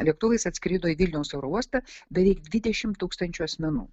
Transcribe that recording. lėktuvais atskrido į vilniaus oro uostą beveik dvidešimt tūkstančių asmenų